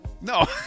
no